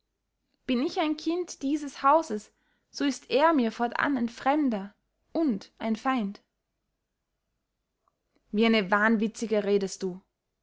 bin ich ein kind dieses hauses so ist er mir fortan ein fremder und ein feind wie eine wahnwitzige redest du